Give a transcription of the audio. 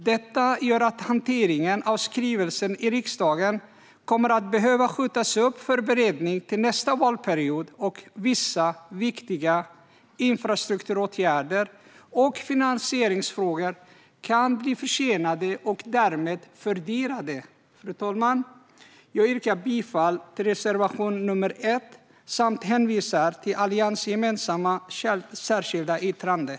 Detta gör att hanteringen av skrivelsen i riksdagen kommer att behöva skjutas upp för beredning till nästa valperiod, och vissa viktiga infrastrukturåtgärder och finansieringsfrågor kan bli försenade och därmed fördyrade. Fru talman! Jag yrkar bifall till reservation nr 1 och hänvisar till det alliansgemensamma särskilda yttrandet.